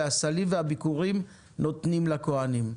והסלים והביכורים נותנים לכוהנים.